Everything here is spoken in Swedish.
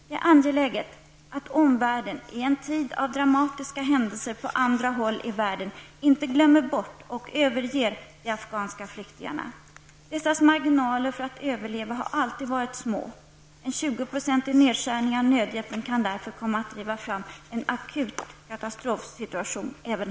Det är angeläget att omvärlden i en tid av dramatiska händelser på andra håll i världen inte glömmer bort och överger de afghanska flyktingarna. Dessas marginaler för att överleva har alltid varit små. En 20-procentig nedskärning av nödhjälpen kan därför komma att driva fram en akut katastrofsituation.